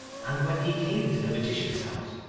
and when he came to the magician's house,